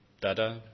Da-da